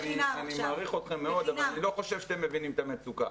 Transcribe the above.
אני מעריך אתכם מאוד אבל אני לא חושב שאתם מבינים את המצוקה.